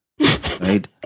Right